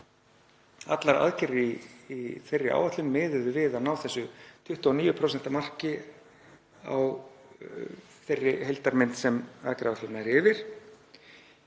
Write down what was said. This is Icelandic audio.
Allar aðgerðir í þeirri áætlun miðuðu við að ná þessu 29% marki í þeirri heildarmynd sem aðgerðaáætlunin nær yfir.